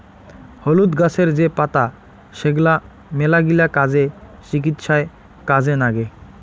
হলুদ গাছের যে পাতা সেগলা মেলাগিলা কাজে, চিকিৎসায় কাজে নাগে